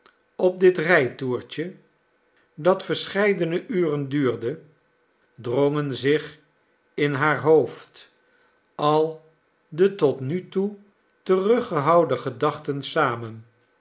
op dit rijtoertje dat verscheiden uren duurde drongen zich in haar hoofd al de tot nu toe teruggehouden gedachten samen